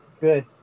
Good